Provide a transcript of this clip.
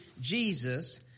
Jesus